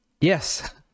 yes